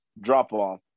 drop-off